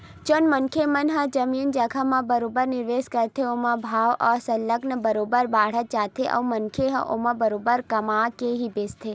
जउन मनखे मन ह जमीन जघा म बरोबर निवेस करथे ओखर भाव ह सरलग बरोबर बाड़त जाथे अउ मनखे ह ओमा बरोबर कमा के ही बेंचथे